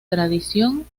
tradición